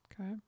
Okay